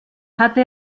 hatte